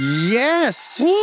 Yes